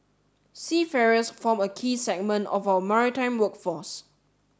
seafarers form a key segment of our maritime workforce